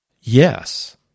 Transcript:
yes